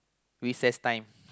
recess time